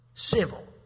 Civil